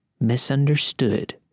misunderstood